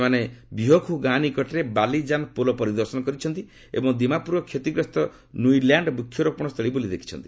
ସେମାନେ ବିହୋଖୁ ଗାଁ ନିକଟରେ ବାଲିଜାନ୍ ପୋଲ ପରିଦର୍ଶନ କରିଛନ୍ତି ଏବଂ ଦିମାପୁରର କ୍ଷତିଗ୍ରସ୍ତ ନୁଇଲ୍ୟାଣ୍ଡ ବୃକ୍ଷରୋପଣସ୍ଥଳୀ ବୁଲି ଦେଖିଛନ୍ତି